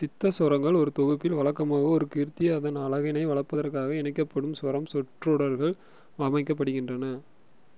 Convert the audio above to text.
சித்தஸ்வரங்கள் ஒரு தொகுப்பில் வழக்கமாக ஒரு கிருத்தி அதன் அழகினை வளப்படுத்துவதற்காக இணைக்கப்படும் ஸ்வரம் சொற்றொடர்கள் அமைக்கப்படுகின்றன